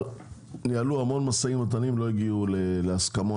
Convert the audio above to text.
ניהלו הרבה משאים ומתנים אבל לא הגיעו להסכמות